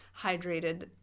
hydrated